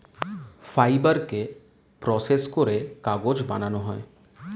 ফাইবারকে প্রসেস করে কাগজ বানানো হয়